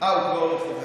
כבר לא חבר,